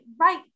right